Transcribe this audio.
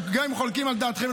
שגם אם חולקים על דעתכם,